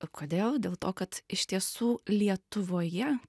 kodėl dėl to kad iš tiesų lietuvoje